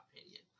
opinion